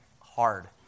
hard